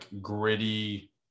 gritty